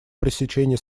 пресечение